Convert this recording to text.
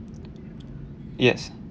yes